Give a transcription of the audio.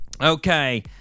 Okay